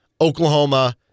Oklahoma